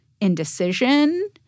indecision